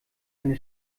eine